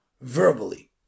verbally